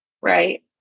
Right